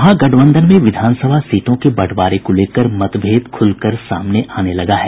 महागठबंधन में विधानसभा सीटों के बंटवारे को लेकर मतभेद खुलकर सामने आने लगा है